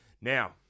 Now